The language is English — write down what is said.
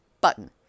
button